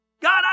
God